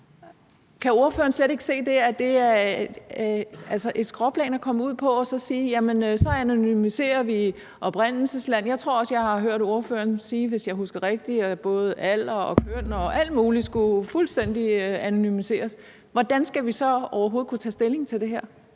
Kan ordføreren slet ikke se, at det er et skråplan at komme ud på, at man siger: Jamen så anonymiserer vi i forhold til oprindelsesland? Jeg tror også, jeg har hørt ordføreren sige, hvis jeg husker rigtigt, at både alder og køn og alt muligt skulle fuldstændig anonymiseres. Hvordan skal vi så overhovedet kunne tage stilling til det her?